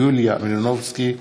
יוליה מלינובסקי,